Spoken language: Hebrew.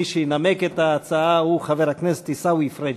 מי שינמק את ההצעה הוא חבר הכנסת עיסאווי פריג'.